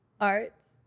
Arts